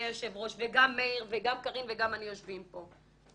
היושב-ראש וגם מאיר וגם קארין ואני יושבים פה.